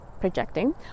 projecting